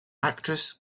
actress